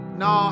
no